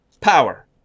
power